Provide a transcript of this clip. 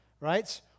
right